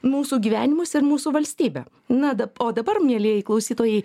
mūsų gyvenimus ir mūsų valstybę na o dabar mielieji klausytojai